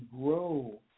grow